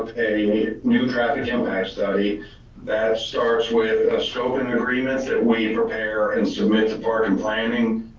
a new traffic impact study that starts with a slogan agreements that we prepare and submit to parking planning,